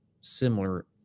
similar